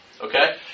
Okay